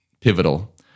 pivotal